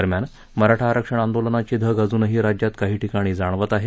दरम्यान मराठा आरक्षण आंदोलनाची धग अजुनही राज्यात काही ठिकाणी जाणवत आहे